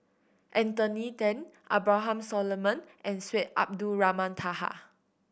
Anthony Then Abraham Solomon and Syed Abdulrahman Taha